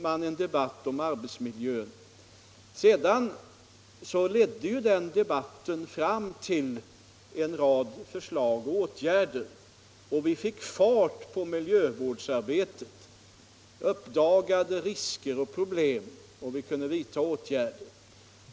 Men då började i alla fall en debatt om arbetsmiljön som ledde fram till att vi fick fart på arbetsmiljöarbetet. Vi uppdagade risker och problem och vi kunde vidta åtgärder.